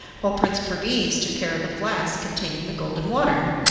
while prince perviz took care of the flask containing the golden water.